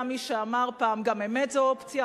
היה מי שאמר פעם: גם אמת זו אופציה.